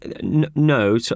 No